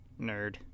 Nerd